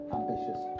ambitious